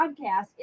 podcast